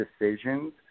decisions